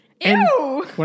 Ew